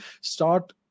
start